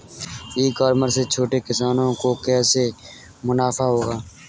ई commerce से छोटे किसानों को कैसे मुनाफा होगा?